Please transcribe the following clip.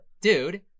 dude